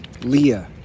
leah